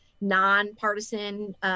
nonpartisan